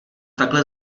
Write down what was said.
takhle